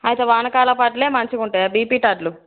అయితే వానకాలపు వడ్లు మంచిగా ఉంటాయా బీపీటీ వడ్లు